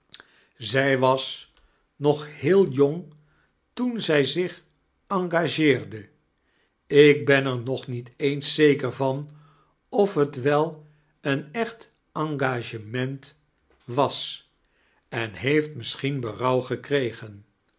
zij was nog heel kerstvertellingen jong toen zij zich engageerde ik ben er nog niet eens zekeir van of het wel een echt engagement was en heeft misischien berouw geikregen